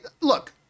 look